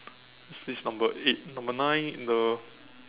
this is number eight number nine the